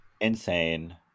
insane